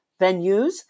venues